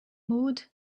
mood